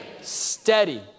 steady